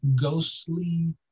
ghostly